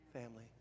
family